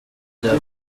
bya